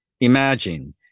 imagine